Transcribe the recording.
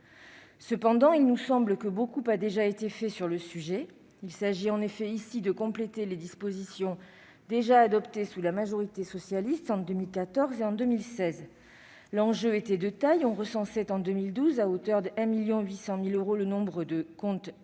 Cependant, il nous semble que beaucoup a déjà été fait sur le sujet. Il s'agit en effet ici de compléter les dispositions adoptées sous la majorité socialiste en 2014 et en 2016. L'enjeu était de taille : on recensait, en 2012, 1,8 million de comptes